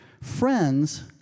friends